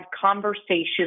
conversations